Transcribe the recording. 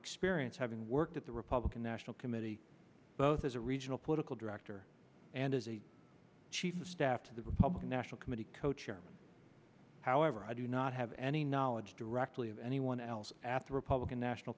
experience having worked at the republican national committee both as a regional political director and as a chief of staff to the republican national the co chair however i do not have any knowledge directly of anyone else after republican national